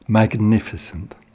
magnificent